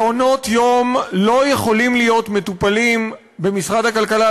מעונות-יום לא יכולים להיות מטופלים במשרד הכלכלה,